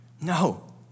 No